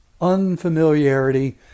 unfamiliarity